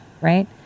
right